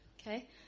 Okay